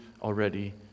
already